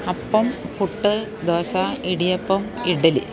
അപ്പം പുട്ട് ദോശ ഇടിയപ്പം ഇഡ്ഡലി